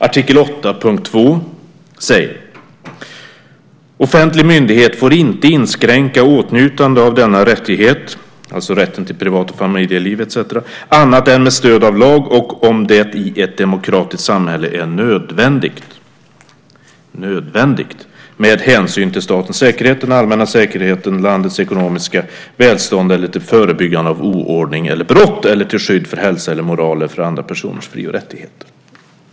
Artikel 8, punkt 2 säger: Offentlig myndighet får inte inskränka åtnjutande av denna rättighet - alltså rätten till privat och familjeliv etcetera - annat än med stöd av lag och om det i ett demokratiskt samhälle är nödvändigt med hänsyn till statens säkerhet, den allmänna säkerheten, landets ekonomiska välstånd eller till förebyggande av oordning eller brott eller till skydd för hälsa eller moral eller för andra personers fri och rättigheter.